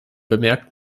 bemerkt